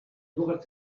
доо